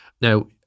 Now